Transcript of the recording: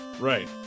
Right